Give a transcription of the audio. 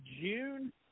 June